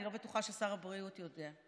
אני לא בטוחה ששר הבריאות יודע.